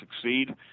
succeed